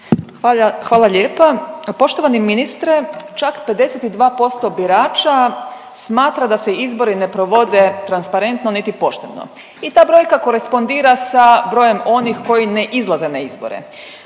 Hvala lijepa. Poštovani ministre čak 52% birača smatra da se izbori ne provode transparentno niti pošteno i ta brojka korespondira sa brojem onih koji ne izlaze na izbore.